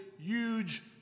huge